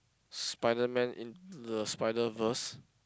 Spider-Man into the Spider-Verse